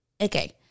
Okay